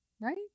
right